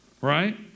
Right